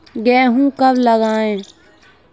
गेहूँ कब लगाएँ?